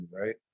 right